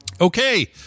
okay